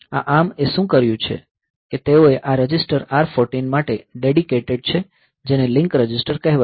આ ARM એ શું કર્યું છે કે તેઓએ આ રજિસ્ટર R 14 માટે ડેડીકેટેડ છે જેને લિંક રજિસ્ટર કહેવાય છે